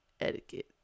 etiquette